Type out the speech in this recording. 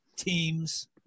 Teams